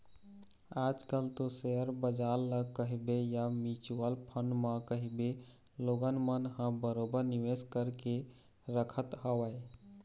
आज कल तो सेयर बजार ल कहिबे या म्युचुअल फंड म कहिबे लोगन मन ह बरोबर निवेश करके रखत हवय